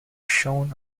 shown